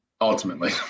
ultimately